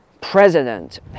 president